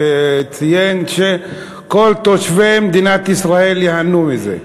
שציין שכל תושבי מדינת ישראל ייהנו מזה.